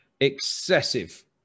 excessive